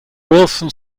wilson